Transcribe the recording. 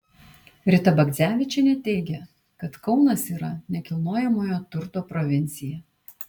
rita bagdzevičienė teigia kad kaunas yra nekilnojamojo turto provincija